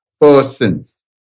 persons